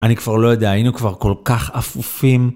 אני כבר לא יודע, היינו כבר כל כך עפופים.